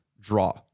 draw